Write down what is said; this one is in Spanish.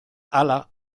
ala